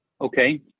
Okay